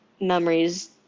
memories